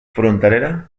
fronterera